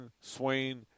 Swain